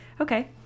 okay